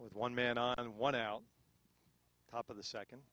with one man on one out top of the second